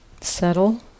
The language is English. settle